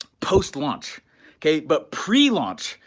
post-launch okay? but pre-launch,